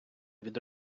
від